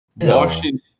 Washington